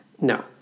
No